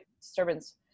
disturbance